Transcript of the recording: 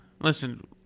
listen